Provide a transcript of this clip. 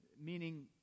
meaning